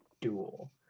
duel